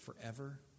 forever